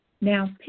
Now